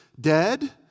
dead